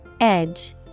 Edge